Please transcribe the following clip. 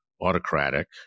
autocratic